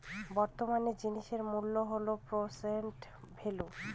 বর্তমান জিনিসের মূল্য হল প্রেসেন্ট ভেল্যু